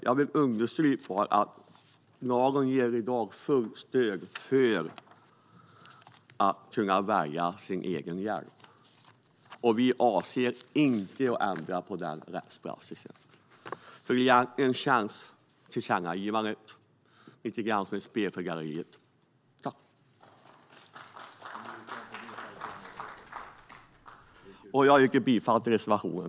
Jag vill understryka att lagen ger i dag fullt stöd för att välja sin egen hjälp. Vi avser inte att ändra på denna rättspraxis. Vi tycker att tillkännagivandet är lite grann ett spel för galleriet. Jag yrkar bifall till reservationen.